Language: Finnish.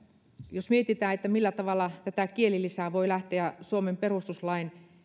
jos mietitään millä tavalla tätä kielilisää voi lähteä suomen perustuslain